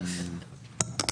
מה זה המותקן?